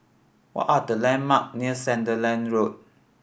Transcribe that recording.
what are the landmark near Sandiland Road